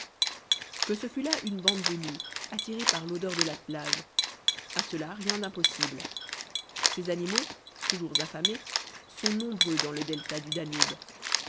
que ce fût là une bande de loups attirée par l'odeur de l'attelage à cela rien d'impossible ces animaux toujours affamés sont nombreux dans le delta du danube